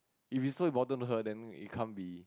if it's so important to her then it can't be